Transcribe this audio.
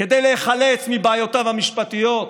כדי להיחלץ מבעיותיו המשפטיות,